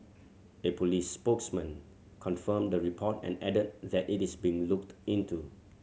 a police spokesman confirmed the report and added that it is being looked into